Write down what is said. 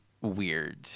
weird